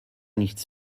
nichts